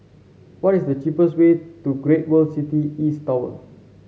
what is the cheapest way to Great World City East Tower